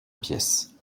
pièces